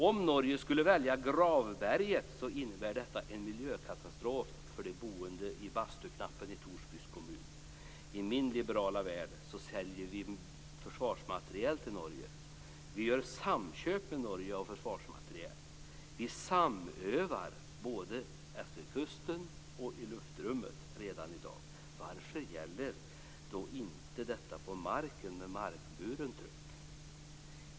Om Norge skulle välja Gravberget innebär detta en miljökatastrof för de boende i Bastuknappen i I min liberala värld säljer vi försvarsmateriel till Norge och vi gör samköp med Norge av försvarsmateriel. Vi samövar både efter kusten och i luftrummet redan i dag. Varför gäller då inte detta på marken med markburen trupp?